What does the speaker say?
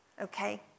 okay